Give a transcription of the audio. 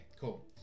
Cool